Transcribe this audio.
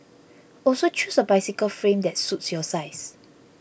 also choose a bicycle frame that suits your size